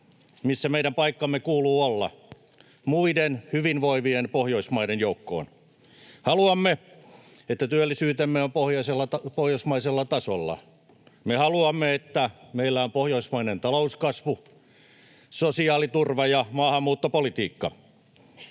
missä meidän paikkamme kuuluu olla: muiden hyvinvoivien Pohjoismaiden joukkoon. Haluamme, että työllisyytemme on pohjoismaisella tasolla. Me haluamme, että meillä on pohjoismainen talouskasvu, sosiaaliturva ja maahanmuuttopolitiikka.